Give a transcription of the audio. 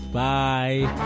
bye